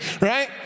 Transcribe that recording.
right